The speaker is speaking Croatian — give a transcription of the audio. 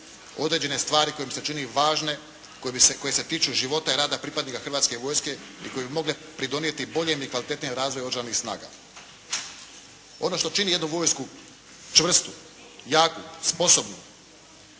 određene stvari koje mi se čine važne, koje se tiču života i rada pripadnika Hrvatske vojske i koje bi mogle pridonijeti boljem i kvalitetnijem razvoju oružanih snaga. Ono što čini jednu vojsku čvrstu, jaku, sposobnu,